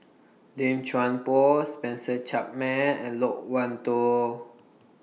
Lim Chuan Poh Spencer Chapman and Loke Wan Tho